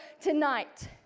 tonight